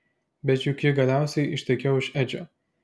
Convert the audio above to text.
bet juk ji galiausiai ištekėjo už edžio